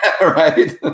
right